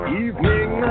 evening